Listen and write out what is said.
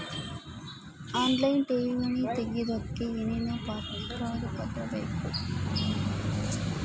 Online ಠೇವಣಿ ತೆಗಿಯೋದಕ್ಕೆ ಏನೇನು ಕಾಗದಪತ್ರ ಬೇಕು?